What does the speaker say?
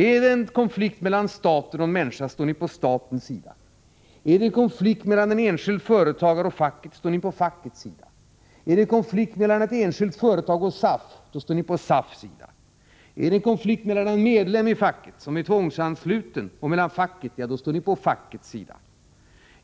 Är det en konflikt mellan staten och en människa står ni på statens sida. Är det en konflikt mellan en enskild företagare och facket står ni på fackets sida. Är det en konflikt mellan ett enskilt företag och SAF står ni på SAF:s sida. Är det en konflikt mellan en tvångsansluten medlem och facket står ni på fackets sida.